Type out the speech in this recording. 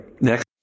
Next